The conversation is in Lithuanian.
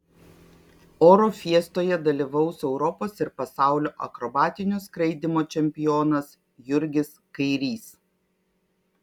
oro fiestoje dalyvaus europos ir pasaulio akrobatinio skraidymo čempionas jurgis kairys